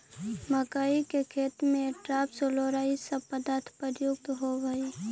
मक्कइ के खेत में एट्राटाफ, सोलोरा इ सब पदार्थ प्रयुक्त होवऽ हई